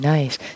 Nice